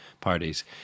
parties